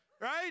Right